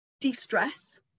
de-stress